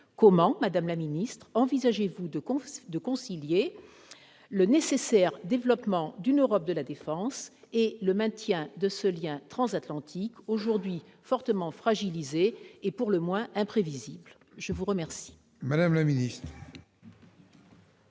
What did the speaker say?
Comment envisagez-vous de concilier le nécessaire développement d'une Europe de la défense avec le maintien de ce lien transatlantique aujourd'hui fortement fragilisé et pour le moins imprévisible ? La parole est à Mme la ministre.